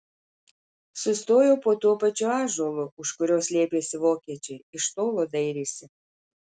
sustojo po tuo pačiu ąžuolu už kurio slėpėsi vokiečiai iš tolo dairėsi